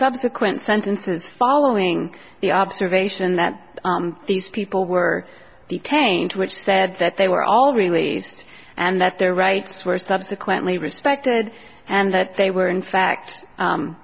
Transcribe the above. subsequent sentences following the observation that these people were detained which said that they were all released and that their rights were subsequently respected and that they were in fact